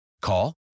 Call